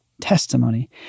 testimony